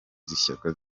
z’ishyaka